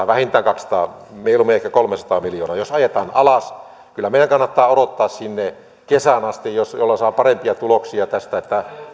vähintään sen kaksisataa mieluummin ehkä kolmesataa miljoonaa jos ajetaan alas kyllä meidän kannattaa odottaa sinne kesään asti jolloin saa parempia tuloksia tästä